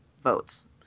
votes